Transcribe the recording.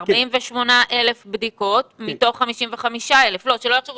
48,000 בדיקות מתוך 55,000. שלא יחשבו